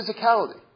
physicality